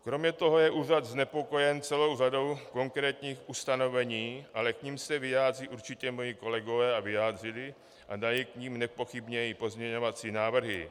Kromě toho je úřad znepokojen celou řadou konkrétních ustanovení, ale k nim se vyjádří určitě moji kolegové a vyjádřili a dají k nim nepochybně i pozměňovací návrhy.